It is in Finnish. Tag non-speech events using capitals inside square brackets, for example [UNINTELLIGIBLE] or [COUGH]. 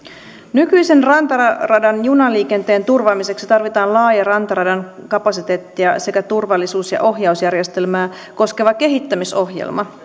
nykyisen rantaradan junaliikenteen turvaamiseksi tarvitaan laaja rantaradan kapasiteettia sekä turvallisuus ja ohjausjärjestelmää koskeva kehittämisohjelma [UNINTELLIGIBLE]